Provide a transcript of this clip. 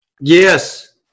Yes